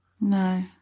No